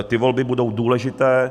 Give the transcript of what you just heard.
Ty volby budou důležité.